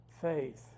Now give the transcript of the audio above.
faith